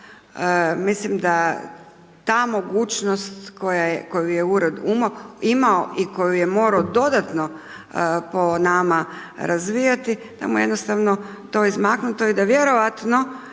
mislim da ta mogućnost, koju je ured imao i koju je morao dodatno po nama razvijati, nama je jednostavno to izmaknuto i da vjerojatno